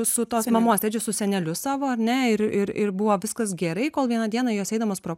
su tos mamos tėčiu su seneliu savo ar ne ir ir ir buvo viskas gerai kol vieną dieną jos eidamos pro